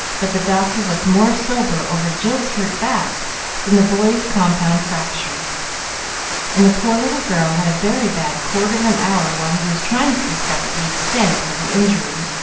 but the doctor looked more sober over jill's hurt back than the boy's compound fractures and the poor little girl had a very bad quarter of an hour while he was trying to discover the extent of the injury.